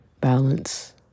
balance